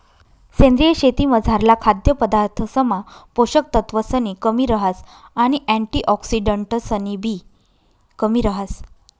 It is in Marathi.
सेंद्रीय शेतीमझारला खाद्यपदार्थसमा पोषक तत्वसनी कमी रहास आणि अँटिऑक्सिडंट्सनीबी कमी रहास